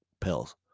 pills